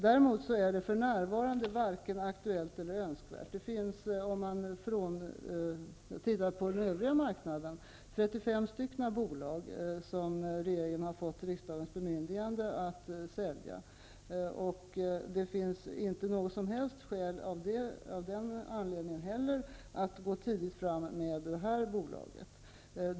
Det är däremot varken aktuellt eller önskvärt med en utförsäljning för närvarande. På den övriga marknaden finns det 35 bolag som regeringen har fått riksdagens bemyndigande att sälja. Av den anledningen finns det inte heller något som helst skäl att gå tidigt fram med det här bolaget.